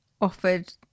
offered